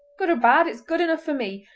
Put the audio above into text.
good or bad, it's good enough for me!